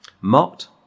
Mocked